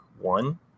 One